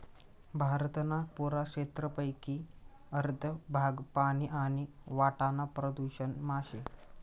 भारतना पुरा क्षेत्रपेकी अर्ध भाग पानी आणि वाटाना प्रदूषण मा शे